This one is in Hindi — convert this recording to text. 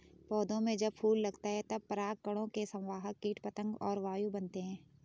पौधों में जब फूल लगता है तब परागकणों के संवाहक कीट पतंग और वायु बनते हैं